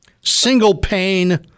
single-pane